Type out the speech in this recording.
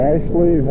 Ashley